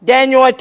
Daniel